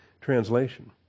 translation